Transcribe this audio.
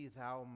Thou